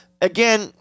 Again